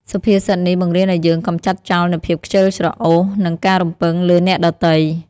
សុភាសិតនេះបង្រៀនឱ្យយើងកម្ចាត់ចោលនូវភាពខ្ជិលច្រអូស និងការរំពឹងលើអ្នកដទៃ។